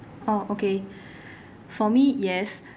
oh okay for me yes I